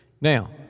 Now